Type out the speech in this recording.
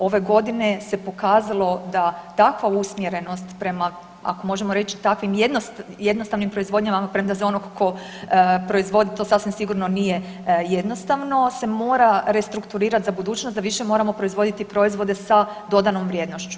Ove godine se pokazalo da takva usmjerenost prema, ako možemo reći takvim jednostavnim proizvodnjama premda za onog tko proizvodi to sasvim sigurno nije jednostavno se mora restrukturirati za budućnost, da više moramo proizvoditi proizvode sa dodanom vrijednošću.